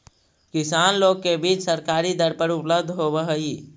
किसान लोग के बीज सरकारी दर पर उपलब्ध होवऽ हई